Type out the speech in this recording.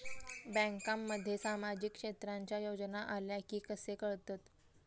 बँकांमध्ये सामाजिक क्षेत्रांच्या योजना आल्या की कसे कळतत?